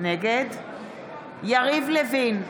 יריב לוין,